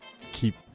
keep